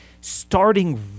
Starting